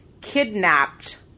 kidnapped